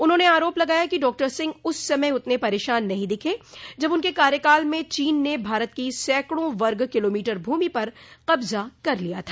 उन्होंने आरोप लगाया कि डॉक्टर सिंह उस समय उतने परेशान नहीं दिखे जब उनके कार्यकाल में चीन ने भारत की सैकडों वर्ग किलोमीटर भूमि पर कब्जा कर लिया था